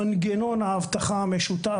למנגנון האבטחה המשותף.